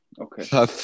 Okay